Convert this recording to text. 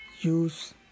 use